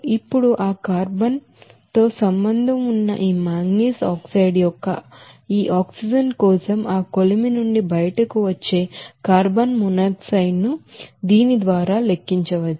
ఇప్పుడు ఆ కార్బన్ తో సంబంధం ఉన్న ఈ మాంగనీస్ ఆక్సైడ్ యొక్క ఈ ఆక్సిజన్ కోసం ఆ కొలిమి నుండి బయటకు వచ్చే కార్బన్ మోనాక్సైడ్ ను దీని ద్వారా లెక్కించవచ్చు